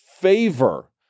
favor